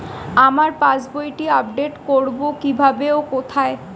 আমার পাস বইটি আপ্ডেট কোরবো কীভাবে ও কোথায়?